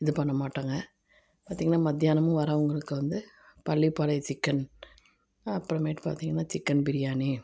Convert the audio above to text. இது பண்ணமாட்டோம்க பார்த்திங்கனா மத்தியானமும் வரவங்களுக்கு வந்து பள்ளிப்பாளைய சிக்கன் அப்புறமேட்டு பார்த்திங்கனா சிக்கன் பிரியாணி